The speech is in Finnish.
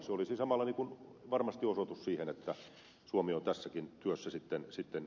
se olisi samalla varmasti osoitus siitä että suomi on tässäkin työssä onnistunut